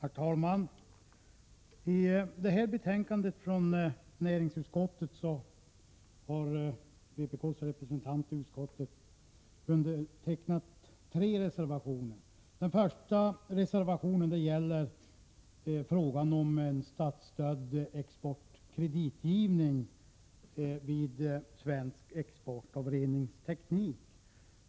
Herr talman! I detta betänkande från näringsutskottet har vpk:s representant i utskottet undertecknat tre reservationer. Den första reservationen gäller frågan om en statsstödd exportkreditgivning vid svensk export av reningsteknik.